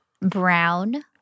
brown